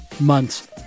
months